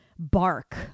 Bark